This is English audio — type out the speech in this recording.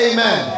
Amen